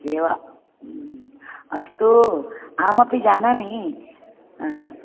एव अस्तु अहमपि जानामि